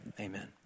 Amen